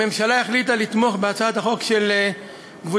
הממשלה החליטה לתמוך בהצעת החוק של קבוצת